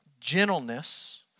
Gentleness